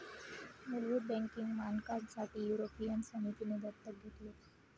मुलभूत बँकिंग मानकांसाठी युरोपियन समितीने दत्तक घेतले